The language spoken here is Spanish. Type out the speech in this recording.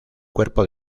cuerpo